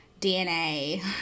DNA